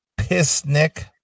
Pissnick